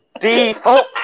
Default